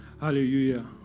Hallelujah